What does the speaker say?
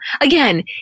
Again